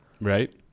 Right